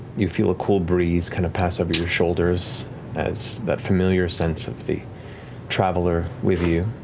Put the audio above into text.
you feel a cold breeze kind of pass over your shoulders as that familiar sense of the traveler with you.